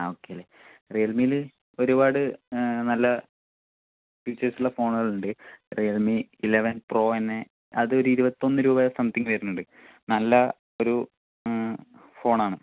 ആ ഓക്കെ അല്ലെൽ റിയൽമില് ഒരുപാട് നല്ല ഫീച്ചേഴ്സുള്ള ഫോണുകളുണ്ട് റിയൽമി ഇലവൺ പ്രൊ തന്നെ അത് ഒരു ഇരുപത്തൊന്നുരൂപ സംതിങ് വരുന്നുണ്ട് നല്ല ഒരു ഫോണാണ്